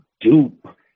dupe